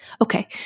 Okay